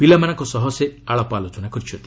ପିଲାମାନଙ୍କ ସହ ସେ ଆଳାପ ଆଲୋଚନା କରିଛନ୍ତି